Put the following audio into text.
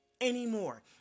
anymore